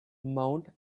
mount